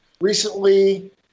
recently